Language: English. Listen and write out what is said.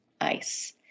ice